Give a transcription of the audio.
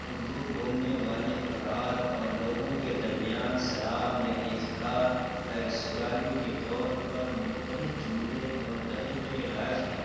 اردو بولنے والے افراد اور لوگوں کے درمیان سلام یا اظہار خیر سگالی کے طور پر مختلف جملے اور طریقے رائج ہیں